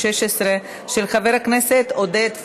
יש הצעה לוועדת העבודה,